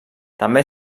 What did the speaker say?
també